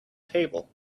table